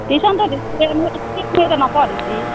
টিউশ্যনতো দিছোঁৱেই নপঢ়ে যে